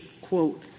quote